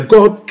God